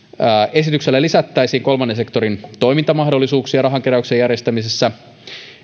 esityksellä lisättäisiin kolmannen sektorin toimintamahdollisuuksia rahankeräyksen järjestämisessä